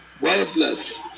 Worthless